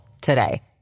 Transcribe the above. today